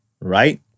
right